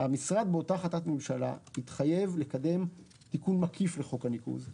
המשרד באותה החלטת ממשלה התחייב לקדם תיקון מקיף לחוק הניקוז.